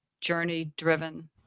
journey-driven